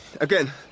again